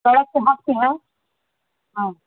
सड़क दो हाथ पर है हाँ